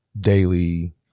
daily